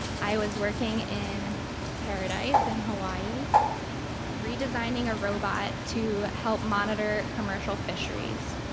i was working in paradise in hawaii redesigning a robot to help monitor commercial fisheries.